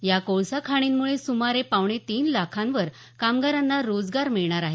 या कोळसा खाणींमुळे सुमारे पावणे तीन लाखांवर कामगारांना रोजगार मिळणार आहे